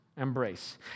embrace